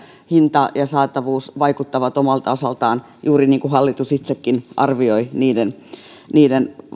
hinta ja saatavuus vaikuttavat omalta osaltaan juuri niin kuin hallitus itsekin arvioi niiden niiden